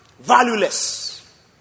valueless